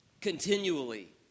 continually